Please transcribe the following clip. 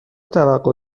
توقع